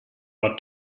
war